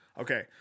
Okay